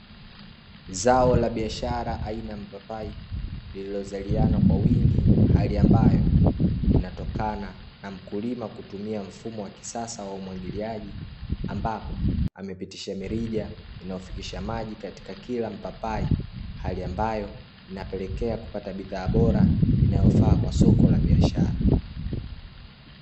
Zao la biashara aina ya mpapai lililozaliana kwa wingi, hali amabayo inatokana na mkulima kutumia mfumo wa kisasa wa umwagiliaji, ambapo amepitisha mirija inayofikisha maji katika kila mpapai, hali ambayo inapelekea kupata bidhaa bora inayofaa kwa soko la biashara.